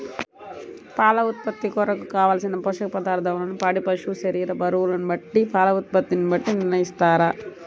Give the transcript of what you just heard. పాల ఉత్పత్తి కొరకు, కావలసిన పోషక పదార్ధములను పాడి పశువు శరీర బరువును బట్టి పాల ఉత్పత్తిని బట్టి నిర్ణయిస్తారా?